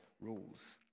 rules